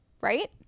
right